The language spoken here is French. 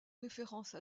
référence